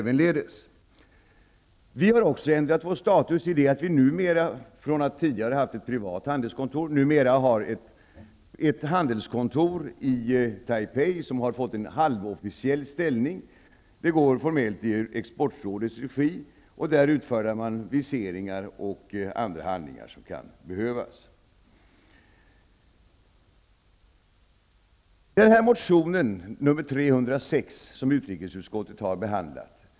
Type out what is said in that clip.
Vi har också ändrat vår status, i det att vi numera, från att tidigare haft ett privat handelskontor, har ett handelskontor i Taipei som har fått halvofficiell ställning. Det står formellt under Exportrådets regi, och där utfärdar man viseringar och andra handlingar som kan behövas.